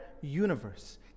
universe